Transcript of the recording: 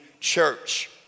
church